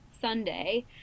sunday